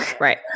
Right